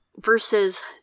versus